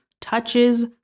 touches